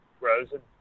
Rosen